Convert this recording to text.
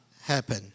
happen